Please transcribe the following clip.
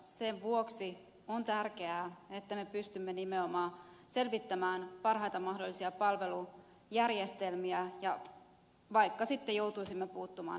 sen vuoksi on tärkeää että me pystymme nimenomaan selvittämään parhaita mahdollisia palvelujärjestelmiä vaikka sitten joutuisimme puuttumaan näihin rakenteisiin